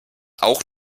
auch